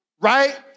right